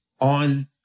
on